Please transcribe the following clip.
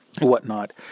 whatnot